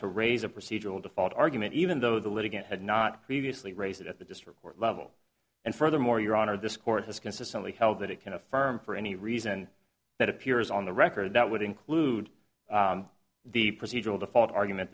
to raise a procedural default argument even though the litigant had not previously raise it at the district court level and furthermore your honor this court has consistently held that it can affirm for any reason that appears on the record that would include the procedural default argument